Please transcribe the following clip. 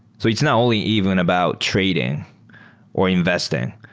so it's not only even about trading or investing.